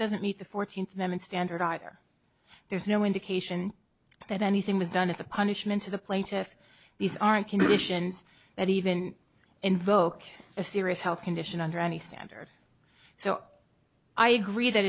doesn't meet the fourteenth them in standard either there's no indication that anything was done as a punishment to the plaintiff these aren't conditions that even invoke a serious health condition under any standard so i agree that